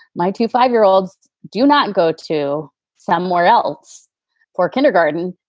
my two five year olds do not go to somewhere else for kindergarten,